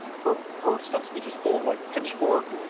her her some speeches full of like pitchfork,